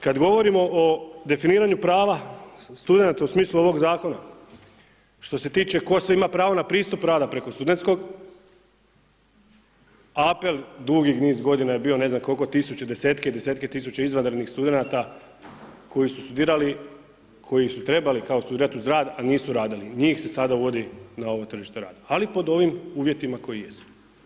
Kada govorimo o definiranju prava studenata u smislu ovoga zakona što se tiče tko sve ima pravo na pristup rada preko studentskog apel dugi niz godina je bio ne znam koliko tisuća, desetke i desetke tisuća izvanrednih studenata koji su studirali koji su trebali kao studirati uz rad a nisu radili, njih se sada uvodi na ovo tržište rada ali po ovim uvjetima koji jesu.